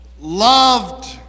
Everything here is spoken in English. loved